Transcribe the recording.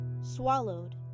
swallowed